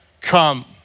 come